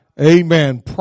Amen